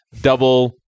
double